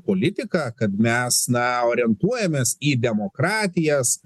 politika kad mes na orientuojamės į demokratijas